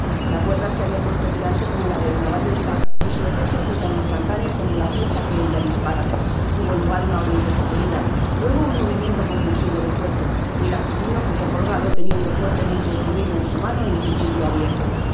la cuerda se habia puesto tirante como la de una ballesta y su efecto fué tan instantáneo como la flecha que ella dispara tuvo lugar una horrible sacudida luego un movimiento convulsivo del cuerpo y el asesino quedó colgado teniendo fuertemente oprimido en su mano el cuchillo abierto